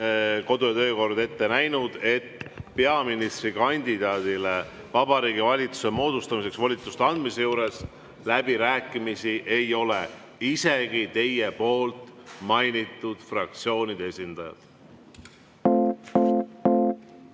ja töökord ette näinud, et peaministrikandidaadile Vabariigi Valitsuse moodustamiseks volituste andmise juures läbirääkimisi ei ole. Isegi teie poolt mainitud fraktsioonide